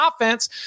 offense